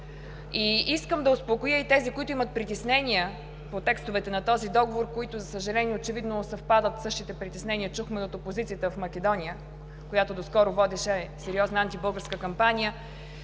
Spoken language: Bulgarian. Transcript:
Искам да успокоя и тези, които имат притеснения по текстовете на този договор, които, за съжаление, очевидно съвпадат със същите притеснения – чухме и от опозицията в Македония, която до скоро водеше сериозна антибългарска кампания,